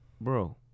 Bro